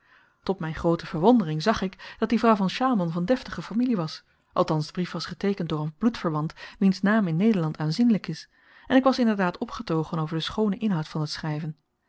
tot myn groote verwondering zag ik dat die vrouw van sjaalman van deftige familie was althans de brief was geteekend door een bloedverwant wiens naam in nederland aanzienlyk is en ik was inderdaad opgetogen over den schoonen inhoud van dat schryven